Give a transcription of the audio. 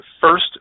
First